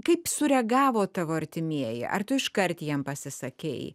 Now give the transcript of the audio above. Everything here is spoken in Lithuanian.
kaip sureagavo tavo artimieji ar tu iškart jiem pasisakei